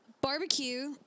barbecue